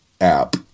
app